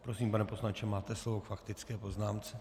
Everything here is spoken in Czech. Prosím, pane poslanče, máte slovo k faktické poznámce.